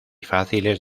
fáciles